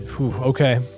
Okay